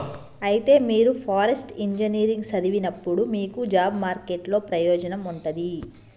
అయితే మీరు forest engineering సదివినప్పుడు మీకు జాబ్ మార్కెట్ లో ప్రయోజనం ఉంటది